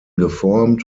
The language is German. geformt